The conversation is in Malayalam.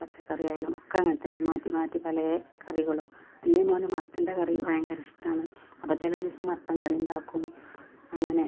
പച്ചക്കാറി ആയാലും ഒക്കെ അങ്ങനെ തന്നെ മാറ്റി മാറ്റി പലേ കറികളും ഇളയ മോന് മത്തൻ്റെ കറി ഭയങ്കര ഇഷ്ടമാണ് അപ്പം ചില ദിവസം മത്തൻ കറിയുണ്ടാക്കും അങ്ങനെ